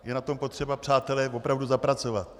Je na tom potřeba, přátelé, opravdu zapracovat.